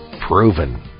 proven